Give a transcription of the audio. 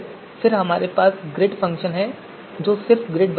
फिर हमारे पास ग्रिड फंक्शन है जो सिर्फ ग्रिड बनाएगा